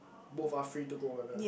both are free to go one lah